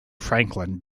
franklin